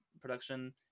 production